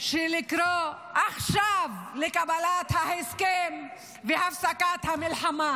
לקרוא עכשיו לקבלת ההסכם והפסקת המלחמה.